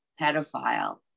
pedophile